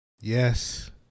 Yes